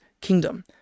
kingdom